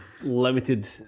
limited